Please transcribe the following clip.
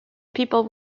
people